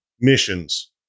missions